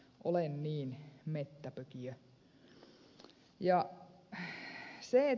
olen niin mettäpökiö